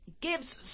gives